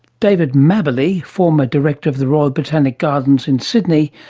david mabberley, former director of the royal botanical gardens in sydney,